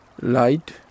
light